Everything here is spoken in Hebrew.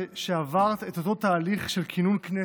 זה שעברת את אותו תהליך של כינון הכנסת,